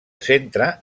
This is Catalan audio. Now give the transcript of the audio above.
centre